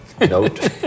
note